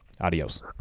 Adios